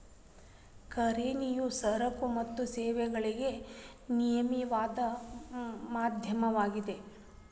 ಕರೆನ್ಸಿಯು ಸರಕು ಮತ್ತು ಸೇವೆಗಳಿಗೆ ವಿನಿಮಯದ ಮಾಧ್ಯಮವಾಗಿದೆ